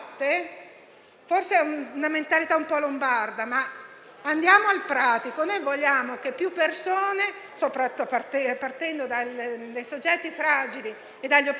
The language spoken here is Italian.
Forse è una mentalità un po' lombarda ma guardiamo al pratico. Noi vogliamo che più persone, soprattutto partendo dai soggetti fragili e dagli operatori,